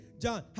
John